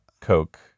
coke